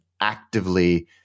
actively